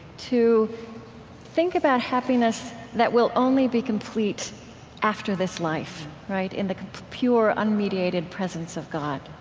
to think about happiness that will only be complete after this life, right? in the pure unmediated presence of god.